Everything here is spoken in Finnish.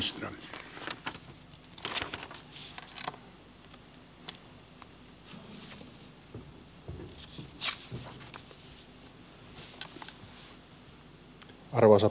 arvoisa herra puhemies